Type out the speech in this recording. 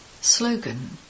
Slogan